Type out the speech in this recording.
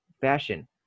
fashion